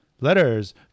Letters